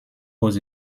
aux